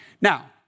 Now